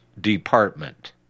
Department